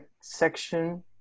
section